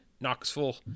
Knoxville